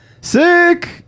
Sick